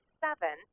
seven